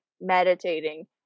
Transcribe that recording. meditating